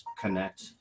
connect